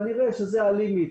כנראה, זה הגבול.